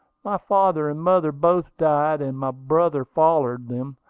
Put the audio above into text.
my father and mother both died, and my brother followed them,